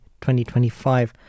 2025